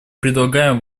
предлагаем